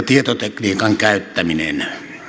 tietotekniikan käyttäminen